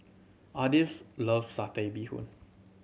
Ardith loves Satay Bee Hoon